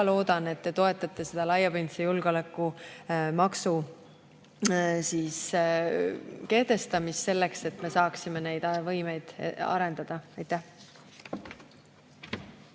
loodan, et te toetate laiapindse julgeoleku maksu kehtestamist, selleks et me saaksime neid võimeid arendada. Aitäh!